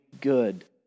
good